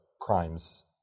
crimes